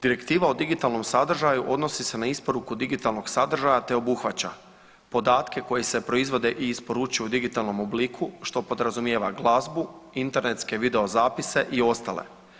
Direktiva o digitalnom sadržaju odnosi se na isporuku digitalnog sadržaja te obuhvaća podatke koji se proizvode i isporučuju u digitalnom obliku što podrazumijeva glazbu, internetske video zapise i ostale.